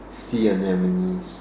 sea anemones